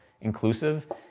inclusive